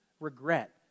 regret